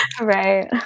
Right